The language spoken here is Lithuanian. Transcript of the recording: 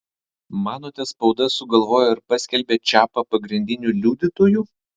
manote spauda sugalvojo ir paskelbė čiapą pagrindiniu liudytoju